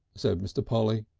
said mr. polly.